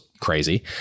crazy